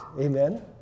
Amen